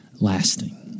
lasting